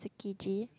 Tsukiji